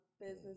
business